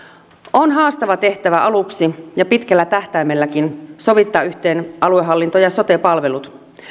on haastava tehtävä aluksi ja pitkällä tähtäimelläkin sovittaa yhteen aluehallinto ja ja sote palvelut